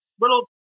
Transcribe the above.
little